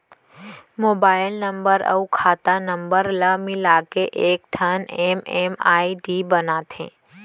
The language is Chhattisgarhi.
मोबाइल नंबर अउ खाता नंबर ल मिलाके एकठन एम.एम.आई.डी बनाथे